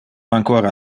ancora